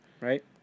Right